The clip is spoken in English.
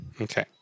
Okay